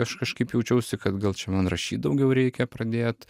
aš kažkaip jaučiausi kad gal čia man rašyt daugiau reikia pradėt